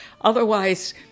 Otherwise